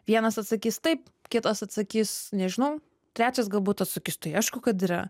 vienas atsakys taip kitas atsakys nežinau trečias galbūt atsakys tai aišku kad yra